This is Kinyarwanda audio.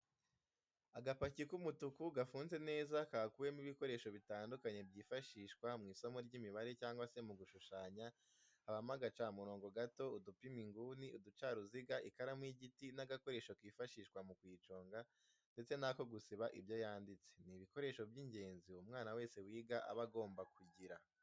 Agapaki k'umutuku gafunze neza kakuwemo ibikoresho bitandukanye byifashishwa mu isomo ry'imibare cyangwa se mu gushushanya habamo agacamurongo gato, udupima inguni, uducaruziga, ikaramu y'igiti n'agakoresho kifashishwa mu kuyiconga ndetse n'ako gusiba ibyo yanditse, ni ibikoresho by'ingenzi umwana wese wiga aba agomba kugira.